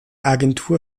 agentur